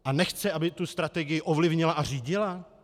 A nechce, aby tu strategii ovlivnila a řídila?